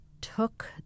took